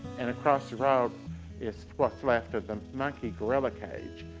and across the road is what's left of the monkey gorilla cage.